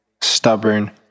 stubborn